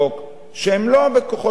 שהם לא בכוחות המשטרה.